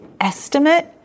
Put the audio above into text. estimate